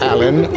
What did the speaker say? Alan